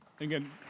Again